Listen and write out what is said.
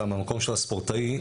אלא מהמקום של הספורטאי,